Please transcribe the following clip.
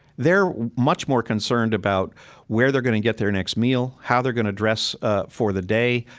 they're much more concerned about where they're going to get their next meal, how they're going to dress ah for the day.